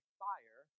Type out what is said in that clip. fire